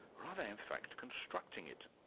or are they in fact constructing it?